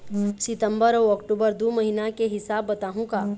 सितंबर अऊ अक्टूबर दू महीना के हिसाब बताहुं का?